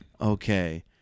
Okay